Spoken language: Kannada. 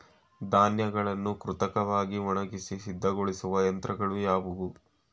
ಧಾನ್ಯಗಳನ್ನು ಕೃತಕವಾಗಿ ಒಣಗಿಸಿ ಸಿದ್ದಗೊಳಿಸುವ ಯಂತ್ರಗಳು ಯಾವುವು?